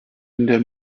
der